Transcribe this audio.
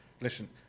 listen